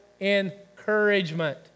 encouragement